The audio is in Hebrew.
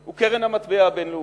הוא קרן המטבע הבין-לאומית.